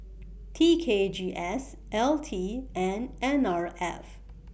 T K G S L T and N R F